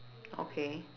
okay